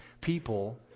people